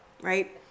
right